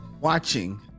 watching